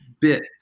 bit